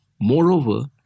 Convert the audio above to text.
moreover